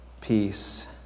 peace